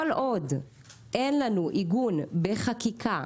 כל עוד אין לנו עיגון בחקיקה